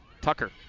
Tucker